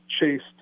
chased